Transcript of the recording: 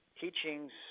teachings